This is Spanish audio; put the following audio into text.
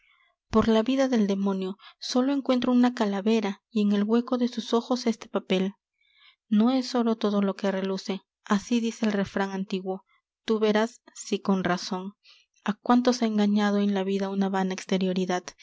por vida del demonio sólo encuentro una calavera y en el hueco de sus ojos este papel no es oro todo lo que reluce así dice el refran antiguo tú verás si con razon á cuántos ha engañado en la vida una vana exterioridad